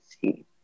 see